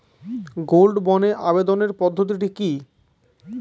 Gold বন্ডে আবেদনের পদ্ধতিটি কি?